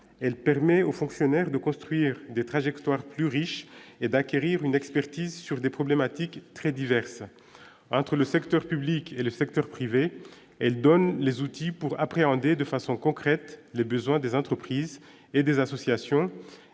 elle permet aux fonctionnaires de construire des trajectoires plus riche et d'acquérir une expertise sur des problématiques très diverses : entre le secteur public et le secteur privé, elle donne les outils pour appréhender de façon concrète les besoins des entreprises et des associations